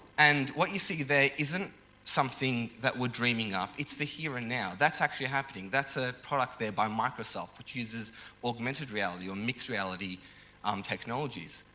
and what you see there isn't something that we're dreaming up, it's the here and now, that's actually happening. that's a product there by microsoft which uses augmented reality or mixed reality um technologies.